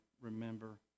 remember